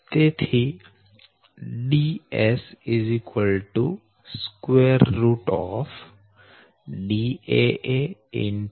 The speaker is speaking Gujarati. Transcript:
તેથી Ds daa